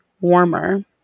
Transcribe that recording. warmer